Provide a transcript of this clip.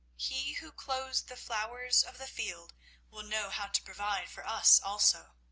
he who clothes the flowers of the field will know how to provide for us also!